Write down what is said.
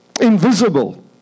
invisible